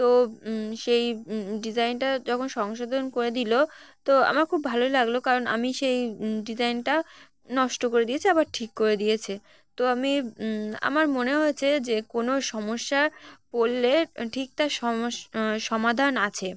তো সেই ডিজাইনটা যখন সংশোধন করে দিলো তো আমার খুব ভালোই লাগলো কারণ আমি সেই ডিজাইনটা নষ্ট করে দিয়েছি আবার ঠিক করে দিয়েছে তো আমি আমার মনে হয়েছে যে কোনো সমস্যায় পড়লে ঠিক তার সম সমাধান আছে